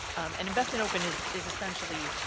and invest in open is is essentially